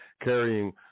carrying